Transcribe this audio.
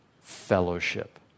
fellowship